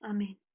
Amen